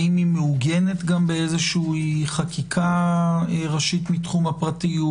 האם היא מעוגנת בחקיקה ראשית מתחום הפרטיות,